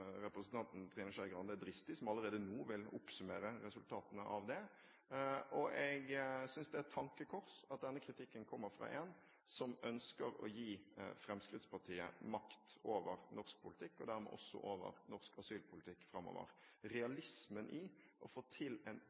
representanten Trine Skei Grande er dristig som allerede nå vil oppsummere resultatene av det. Jeg synes det er et tankekors at denne kritikken kommer fra en som ønsker å gi Fremskrittspartiet makt over norsk politikk, og dermed også over norsk asylpolitikk framover. Realismen i å få til en